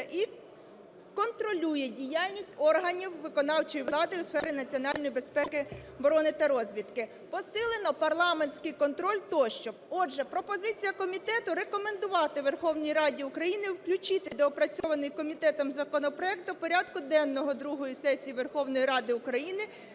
і контролює діяльність органів виконавчої влади у сфері національної безпеки, оборони та розвідки. Посилено парламентський контроль, тощо. Отже, пропозиція комітету – рекомендувати Верховній Раді України включити доопрацьований комітетом законопроект до порядку денного другої сесії Верховної Ради України